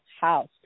house